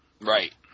Right